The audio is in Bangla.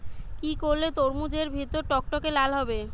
কি করলে তরমুজ এর ভেতর টকটকে লাল হবে?